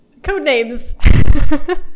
Codenames